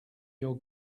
your